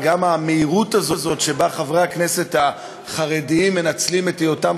וגם המהירות הזאת שבה חברי הכנסת החרדים מנצלים את היותם